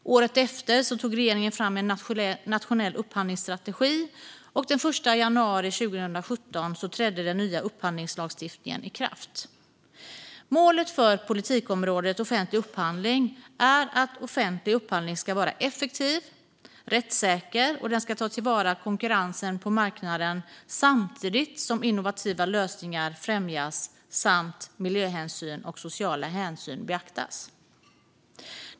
Året efter tog regeringen fram en nationell upphandlingsstrategi, och den 1 januari 2017 trädde den nya upphandlingslagstiftningen i kraft. Målet för politikområdet offentlig upphandling är att offentlig upphandling ska vara effektiv och rättssäker och ta till vara konkurrensen på marknaden, samtidigt som innovativa lösningar främjas samt miljöhänsyn och sociala hänsyn beaktas.